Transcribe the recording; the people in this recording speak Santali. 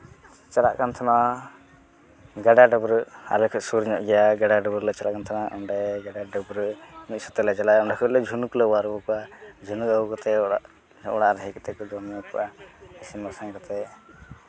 ᱪᱟᱞᱟᱜ ᱠᱟᱱ ᱛᱟᱦᱮᱱᱟ ᱜᱟᱰᱟ ᱰᱟᱹᱵᱽᱨᱟᱹᱜ ᱟᱞᱮ ᱠᱷᱚᱡ ᱥᱩᱨ ᱧᱚᱜ ᱜᱮᱭᱟ ᱟᱰᱟ ᱰᱟᱹᱵᱽᱨᱟᱹᱜ ᱞᱮ ᱪᱟᱞᱟᱜ ᱠᱟᱱ ᱛᱟᱦᱮᱱᱟ ᱚᱸᱰᱮ ᱜᱟᱰᱟ ᱰᱟᱹᱵᱽᱨᱟᱹᱜ ᱢᱤᱫ ᱥᱟᱛᱮᱜ ᱞᱮ ᱪᱟᱞᱟᱜᱼᱟ ᱚᱸᱰᱮ ᱠᱷᱚᱡᱞᱮ ᱡᱷᱤᱱᱩᱠ ᱞᱮ ᱚᱣᱟᱨ ᱟᱹᱜᱩ ᱠᱚᱣᱟ ᱡᱷᱤᱱᱩᱠ ᱟᱹᱜᱩ ᱠᱟᱛᱮᱜ ᱚᱲᱟᱜ ᱚᱲᱟᱜ ᱨᱮ ᱦᱮᱡ ᱠᱟᱛᱮᱜ ᱠᱚ ᱡᱚᱢ ᱧᱩ ᱠᱚᱜᱼᱟ ᱤᱥᱤᱱ ᱵᱟᱥᱟᱝ ᱠᱟᱛᱮᱜ